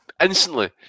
instantly